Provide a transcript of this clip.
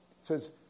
says